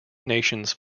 nations